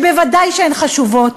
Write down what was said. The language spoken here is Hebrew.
שבוודאי שהן חשובות,